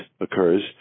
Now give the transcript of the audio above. occurs